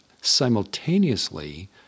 simultaneously